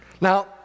Now